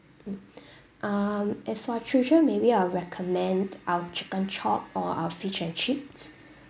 mm um if for children maybe I'll recommend our chicken chop or our fish and chips